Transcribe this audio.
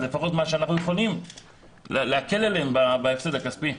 אז לפחות מה שאנחנו יכולים להקל עליהם בהפסד הכספי.